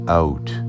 out